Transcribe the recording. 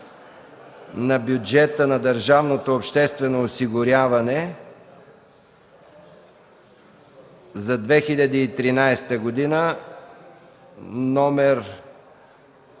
за бюджета на държавното обществено осигуряване за 2013 г., №